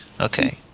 Okay